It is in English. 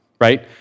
right